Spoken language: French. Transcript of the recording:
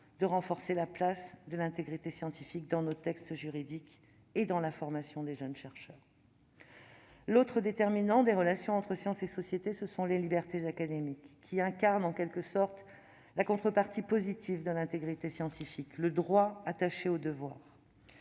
de renforcer la place de l'intégrité scientifique dans nos textes juridiques et dans la formation des jeunes chercheurs. L'autre déterminant des relations entre science et société, ce sont les libertés académiques. Elles incarnent, en quelque sorte, la contrepartie positive de l'intégrité scientifique, le droit attaché au devoir.